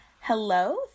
Hello